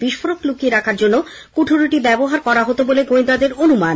বিস্ফোরক লুকিয়ে রাখার জন্য কুঠুরিটি ব্যবহার করা হত বলে গোয়েন্দাদের অনুমান